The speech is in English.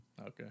Okay